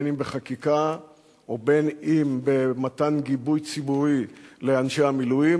אם בחקיקה ואם במתן גיבוי ציבורי לאנשי המילואים